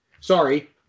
sorry